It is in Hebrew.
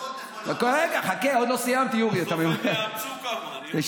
חיים, כל התשובות נכונות.